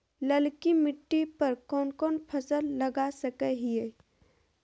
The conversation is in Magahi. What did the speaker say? ललकी मिट्टी पर कोन कोन फसल लगा सकय हियय?